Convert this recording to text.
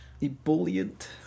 ebullient